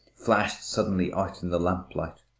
flashed suddenly out in the lamplight.